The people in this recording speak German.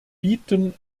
bieten